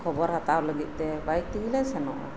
ᱠᱷᱚᱵᱚᱨ ᱦᱟᱛᱟᱣ ᱞᱟᱹᱜᱤᱫ ᱛᱮ ᱵᱟᱭᱤᱠ ᱛᱮᱜᱮ ᱞᱮ ᱥᱮᱱᱚᱜᱼᱟ